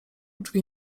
drzwi